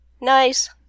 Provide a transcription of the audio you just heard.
Nice